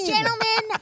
Gentlemen